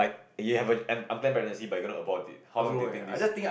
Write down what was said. if you have an an unplanned pregnancy but you gonna abort it how long do you think this